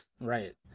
Right